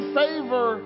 favor